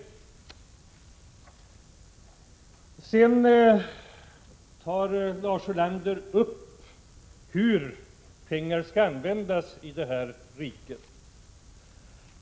Lars Ulander tar också upp frågan om hur pengar skall användas i riket.